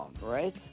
right